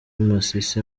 masisi